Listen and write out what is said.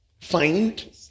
find